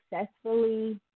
successfully